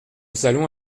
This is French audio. salon